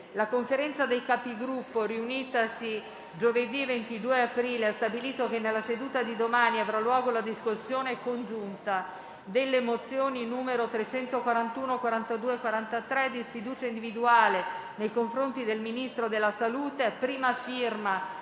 La Conferenza dei Capigruppo, riunitasi giovedì 22 aprile, ha stabilito che nella seduta di domani avrà luogo la discussione congiunta delle mozioni nn. 341, 342 e 343 di sfiducia individuale nei confronti del Ministro della salute, a prima firma